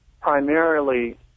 primarily